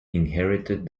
inherited